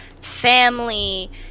family